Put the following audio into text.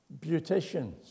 beauticians